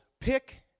pick